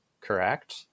correct